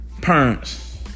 Parents